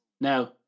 Now